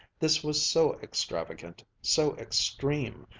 this was so extravagant, so extreme,